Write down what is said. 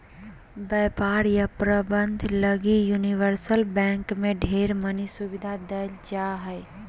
व्यापार या प्रबन्धन लगी यूनिवर्सल बैंक मे ढेर मनी सुविधा देवल जा हय